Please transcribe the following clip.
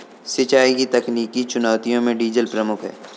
सिंचाई की तकनीकी चुनौतियों में डीजल प्रमुख है